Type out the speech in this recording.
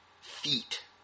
feet